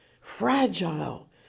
fragile